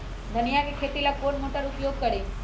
धनिया के खेती ला कौन मोटर उपयोग करी?